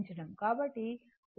కాబట్టి 1